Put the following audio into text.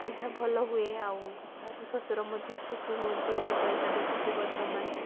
ପନ୍ଥା ଭଲ ହୁଏ ଆଉ ଶାଶୁ ଶ୍ୱଶୁର ମଧ୍ୟ ଖୁସି ହୁଅନ୍ତି ଏତେ ପଇସା ଦେଖିକି ବର୍ତ୍ତମାନ